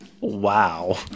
Wow